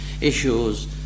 issues